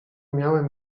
miałem